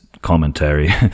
Commentary